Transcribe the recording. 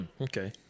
okay